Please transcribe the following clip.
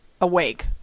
awake